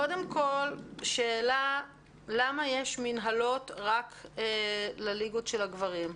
קודם כול שאלה: למה יש מינהלות רק לליגות של הגברים?